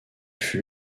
fut